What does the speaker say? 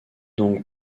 donc